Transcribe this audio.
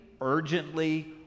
urgently